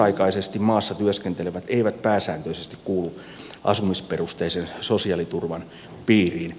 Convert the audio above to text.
lyhytaikaisesti maassa työskentelevät eivät pääsääntöisesti kuulu asumisperusteisen sosiaaliturvan piiriin